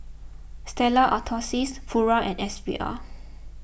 Stella Artois Pura and S V R